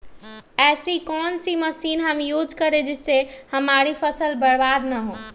ऐसी कौन सी मशीन हम यूज करें जिससे हमारी फसल बर्बाद ना हो?